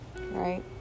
right